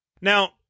Now